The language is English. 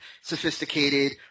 sophisticated